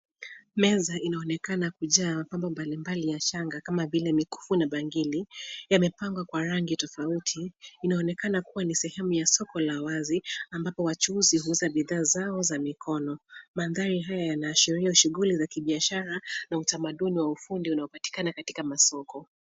Meza inaonekana kujaa mapambo mbalimbali ya shanga kama vile mikufu na bangili, yamepangwa kwa rangi tofauti, inaonekana kuwa ni sehemu ya wazi ambapo wachuuzi huuza bidhaa zao za mikono. Mandhari haya yanaashiria shuguli za kibiashara na utamaduni wa ufundi unaopatikana katika masoko.